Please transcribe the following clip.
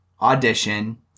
Audition